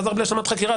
זה חזר בלי השלמת חקירה,